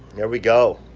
there we go!